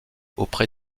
auprès